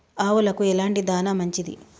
ఆవులకు ఎలాంటి దాణా మంచిది?